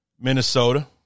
Minnesota